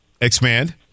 Expand